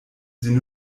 sie